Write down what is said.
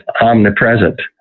omnipresent